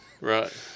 right